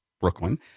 Brooklyn